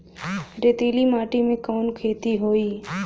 रेतीली माटी में कवन खेती होई?